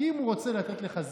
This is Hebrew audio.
כי אם הוא רוצה לתת לך זהובים,